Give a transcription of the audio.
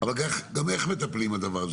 אבל גם איך מטפלים בדבר הזה.